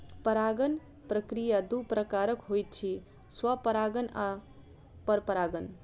परागण प्रक्रिया दू प्रकारक होइत अछि, स्वपरागण आ परपरागण